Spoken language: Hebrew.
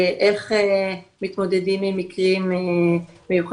איך מתמודדים עם מקרים מיוחדים,